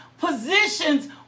positions